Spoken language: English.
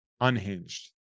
unhinged